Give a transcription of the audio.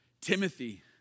Timothy